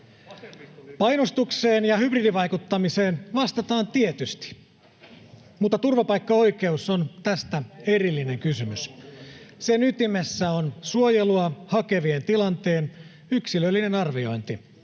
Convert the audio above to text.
Painostukseen ja hybridivaikuttamiseen vastataan tietysti, mutta turvapaikkaoikeus on tästä erillinen kysymys. Sen ytimessä on suojelua hakevien tilanteen yksilöllinen arviointi,